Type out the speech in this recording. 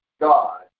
God